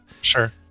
Sure